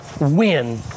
win